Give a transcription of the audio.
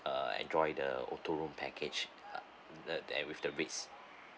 uh enjoy the auto roam package uh that that with the rates